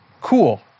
cool